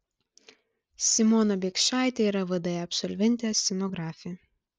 simona biekšaitė yra vda absolventė scenografė